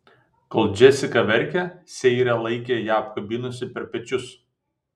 kol džesika verkė seira laikė ją apkabinusi per pečius